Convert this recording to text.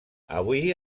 avui